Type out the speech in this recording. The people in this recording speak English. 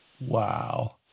Wow